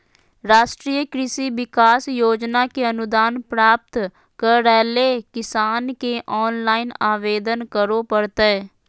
राष्ट्रीय कृषि विकास योजना के अनुदान प्राप्त करैले किसान के ऑनलाइन आवेदन करो परतय